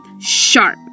sharp